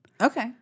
Okay